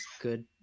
good